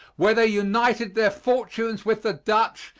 where they united their fortunes with the dutch,